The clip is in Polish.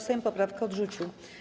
Sejm poprawkę odrzucił.